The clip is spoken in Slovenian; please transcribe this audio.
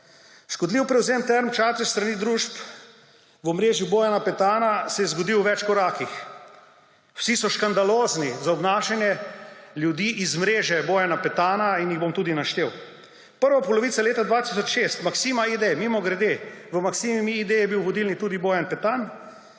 Škodljiv prevzem Term Čatež s strani družb v omrežju Bojana Petana se je zgodil v več korakih. Vsi so škandalozni za obnašanje ljudi iz mreže Bojana Petana in jih bom tudi naštel. V prvi polovici leta 2006 Maksima ID – mimogrede, v Maksimi ID je bil vodilni tudi Bojan Petan